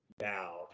now